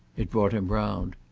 it brought him round.